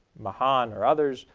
mahan or others,